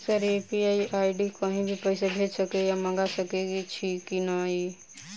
Sir UPI ID सँ कहि भी पैसा भेजि सकै या मंगा सकै छी की न ई?